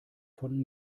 von